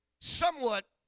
somewhat